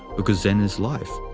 because zen is life.